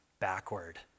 backward